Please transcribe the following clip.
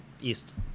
east